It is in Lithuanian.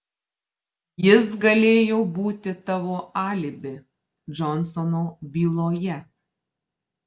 jis galėjo būti tavo alibi džonsono byloje